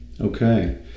Okay